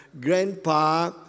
Grandpa